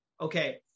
okay